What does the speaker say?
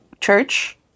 church